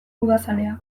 udazalea